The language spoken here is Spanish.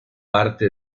parte